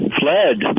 fled